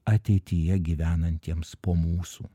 ateityje gyvenantiems po mūsų